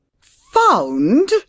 Found